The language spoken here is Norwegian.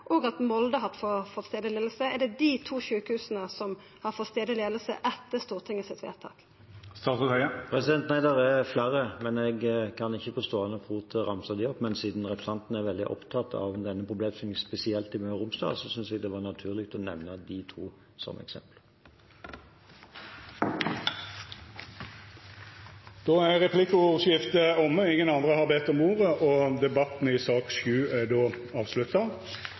og at Molde sjukehus har fått stadleg leiing? Er det dei to sjukehusa som har fått stadleg leiing etter at Stortinget fatta sitt vedtak? Nei, det er flere, men jeg kan ikke på stående fot ramse dem opp, men siden representanten er veldig opptatt av om denne problemstillingen gjelder spesielt for Møre og Romsdal, syntes jeg det var naturlig å nevne de to som eksempler. Replikkordskiftet er omme. Fleire har ikkje bedt om ordet